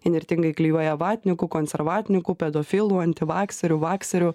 įnirtingai klijuoja vatnikų konservatnikų pedofilų antivakserių vakserių